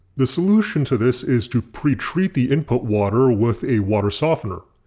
the solution to this is to pretreat the input water with a water softener.